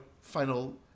final